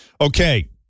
Okay